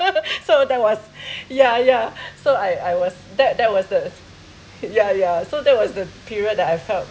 so that was yeah yeah so I I was that that was the yeah yeah so that was the period that I felt